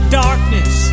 darkness